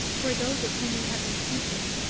who were those of whom we have been speaking,